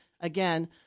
again